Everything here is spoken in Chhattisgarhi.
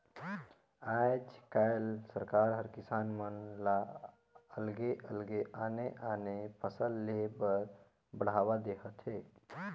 आयज कायल सरकार हर किसान मन ल अलगे अलगे आने आने फसल लेह बर बड़हावा देहत हे